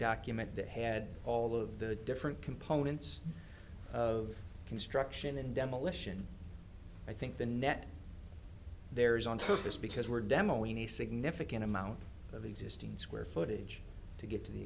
document that had all of the different components of construction and demolition i think the net there is on top of this because we're demo we need a significant amount of existing square footage to get to the